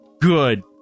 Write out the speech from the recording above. good